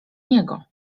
niego